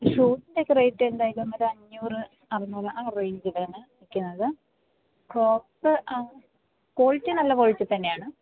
ഷൂവിൻ്റെ ഒക്കെ റേറ്റ് എന്തായാലും ഒരു അഞ്ഞൂറ് അറുന്നൂറ് ആ റേഞ്ചിലാണ് വിൽക്കുന്നത് ക്രോക്സ് ക്വാളിറ്റി നല്ല ക്വാളിറ്റി തന്നെയാണ്